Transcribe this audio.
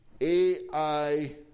AI